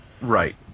Right